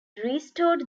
restored